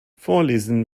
vorlesen